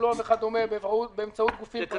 ניהולו וכדומה באמצעות גופים פרטיים,